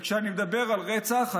כשאני מדבר על רצח,